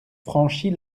franchit